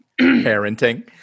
Parenting